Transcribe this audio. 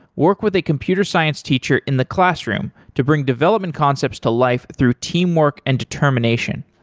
work with a computer science teacher in the classroom to bring development concepts to life through teamwork and determination.